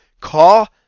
Call